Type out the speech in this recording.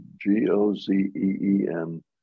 G-O-Z-E-E-N